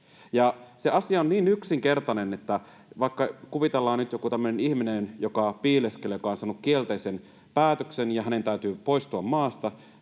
Se asia on niin yksinkertainen: Kuvitellaan nyt vaikka joku tämmöinen ihminen, joka piileskelee, joka on saanut kielteisen päätöksen ja jonka täytyy poistua maasta.